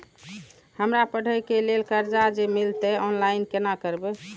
हमरा पढ़े के लेल कर्जा जे मिलते ऑनलाइन केना करबे?